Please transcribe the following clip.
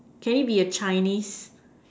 can it be a Chinese